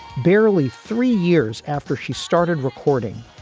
barely three years after she started recording,